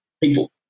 People